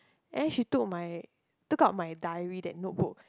and then she took my took out my diary that notebook